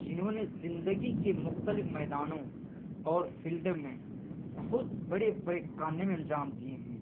جنہوں نے زندگی کے مختلف میدانوں اور فیلڈ میں بہت بڑے بڑے کارنامے انجام دیے ہیں